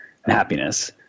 happiness